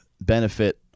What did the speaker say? benefit